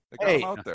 Hey